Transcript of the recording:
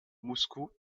moscou